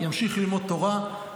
ימשיך ללמוד תורה,